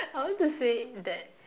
I want to say that